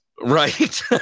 Right